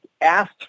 asked